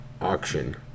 auction